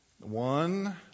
One